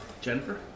Jennifer